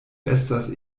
estas